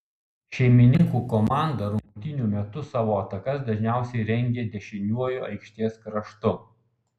šeimininkų komanda rungtynių metu savo atakas dažniausiai rengė dešiniuoju aikštės kraštu